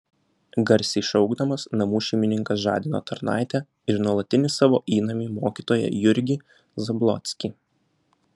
garsiai šaukdamas namų šeimininkas žadino tarnaitę ir nuolatinį savo įnamį mokytoją jurgį zablockį